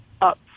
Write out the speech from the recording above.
up